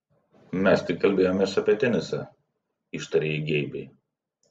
mes tik kalbėjomės apie tenisą ištarė ji geibiai